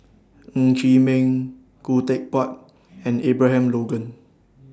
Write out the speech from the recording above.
Ng Chee Meng Khoo Teck Puat and Abraham Logan